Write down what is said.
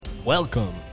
Welcome